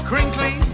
Crinkly